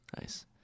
Nice